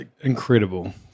incredible